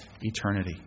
eternity